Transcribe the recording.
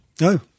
No